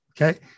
okay